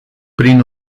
prin